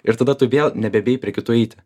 ir tada tu vėl nebebijai prie kitų eiti